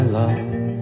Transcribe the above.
love